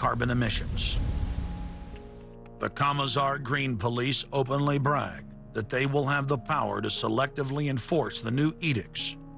carbon emissions the commissar green police open labor that they will have the power to selectively enforce the new